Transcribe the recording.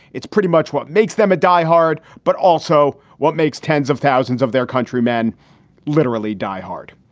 it's pretty much what makes them a diehard, but also what makes tens of thousands of their countrymen literally die hard.